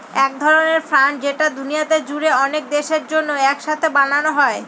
এক ধরনের ফান্ড যেটা দুনিয়া জুড়ে অনেক দেশের জন্য এক সাথে বানানো হয়